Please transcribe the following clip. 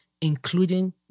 including